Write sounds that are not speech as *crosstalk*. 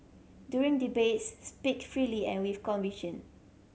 during debates speak freely and with *unintelligible*